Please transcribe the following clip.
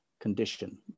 condition